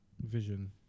vision